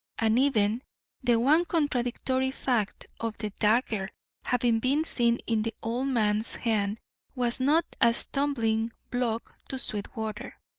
and even the one contradictory fact of the dagger having been seen in the old man's hand was not a stumbling-block to sweetwater.